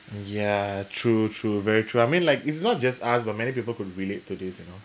ya true true very true I mean like it's not just us but many people could relate to this you know